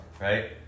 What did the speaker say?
right